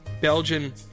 Belgian